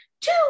Two